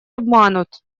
обманут